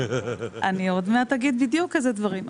--- אני עוד מעט אגיד בדיוק איזה דברים.